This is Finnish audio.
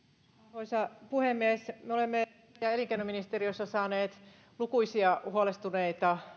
arvoisa puhemies me olemme työ ja elinkeinoministeriössä saaneet lukuisia huolestuneita